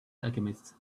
alchemist